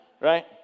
right